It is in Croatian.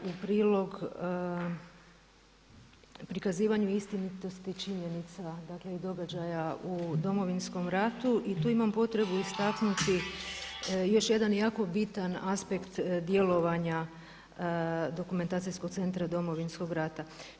U prilog prikazivanju istinitosti činjenica, dakle i događaja u Domovinskom ratu i tu imam potrebu istaknuti još jedan jako bitan aspekt djelovanja Dokumentacijskog centra Domovinskog rata.